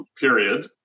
period